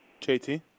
JT